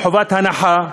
ללא חובת הנחה,